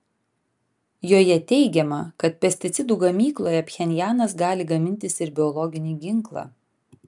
joje teigiama kad pesticidų gamykloje pchenjanas gali gamintis ir biologinį ginklą